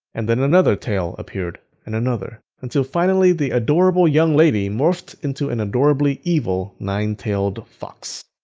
and then another tail appeared, and another, until finally the adorable young lady morphed into an adorably evil nine-tailed fox.